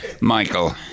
Michael